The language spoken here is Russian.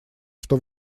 что